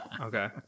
Okay